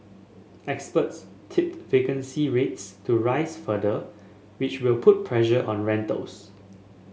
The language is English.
experts tipped vacancy rates to rise further which will put pressure on rentals